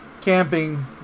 camping